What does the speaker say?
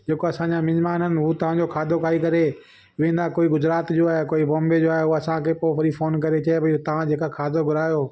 जेको असांजा मिजमान आहिनि हूं तव्हांजो खाधो खाई करे वेंदा कोई गुजरात जो आहे कोई बॉम्बे जो आहे उहो असांखे पोइ वरी फोन करे चए भई तव्हां जेका खाधो घुरायो